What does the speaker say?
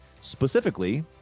specifically